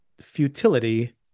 futility